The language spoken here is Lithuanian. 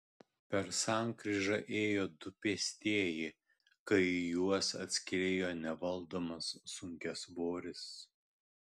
per sankryžą ėjo du pėstieji kai į juos atskriejo nevaldomas sunkiasvoris